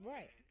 Right